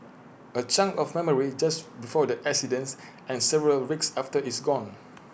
A chunk of memory just before the accidents and several weeks after is gone